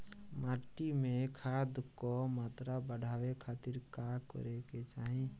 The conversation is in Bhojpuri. माटी में खाद क मात्रा बढ़ावे खातिर का करे के चाहीं?